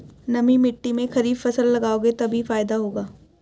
नमी मिट्टी में खरीफ फसल लगाओगे तभी फायदा होगा